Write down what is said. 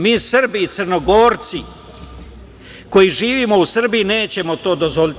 Mi Srbi i Crnogorci koji živimo u Srbiji nećemo to dozvoliti"